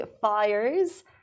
fires